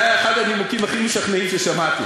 זה היה אחד הנימוקים הכי משכנעים ששמעתי.